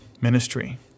ministry